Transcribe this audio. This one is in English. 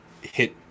hit